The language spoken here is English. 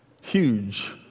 huge